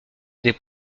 des